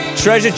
treasure